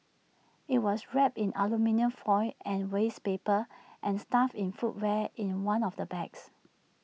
IT was wrapped in aluminium foil and waste paper and stuffed in footwear in one of the bags